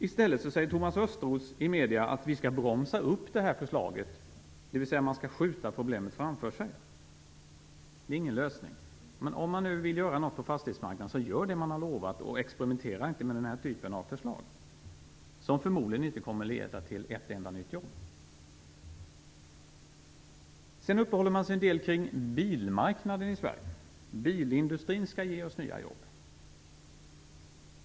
I stället säger Thomas Östros i medierna att vi skall bromsa upp det här förslaget, dvs. man skall skjuta problemet framför sig. Det är ingen lösning. Om ni nu vill göra något på fastighetsmarknaden, så gör det ni har lovat, och experimentera inte med den här typen av förslag, som förmodligen inte kommer att leda till ett enda nytt jobb! Sedan uppehåller man sig en del kring bilmarknaden i Sverige. Bilindustrin skall ge oss nya jobb.